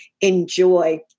enjoy